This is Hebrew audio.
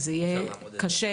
אז זה יהיה קשה.